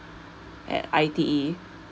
I_T_E